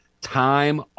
time